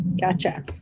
Gotcha